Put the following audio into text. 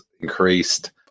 increased